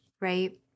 right